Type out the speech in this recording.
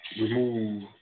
Remove